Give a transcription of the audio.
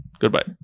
Goodbye